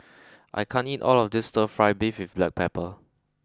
I can't eat all of this stir fry beef with black pepper